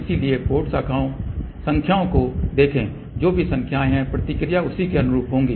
इसलिए पोर्ट संख्याओं को देखें जो भी संख्याएं हैं प्रतिक्रिया उसी के अनुरूप होगी